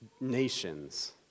nations